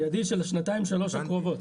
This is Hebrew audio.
מיידית של השנתיים שלוש הקרובות.